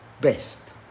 best